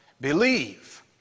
Believe